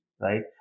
right